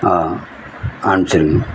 அனுப்பிச்சிருங்க